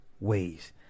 ways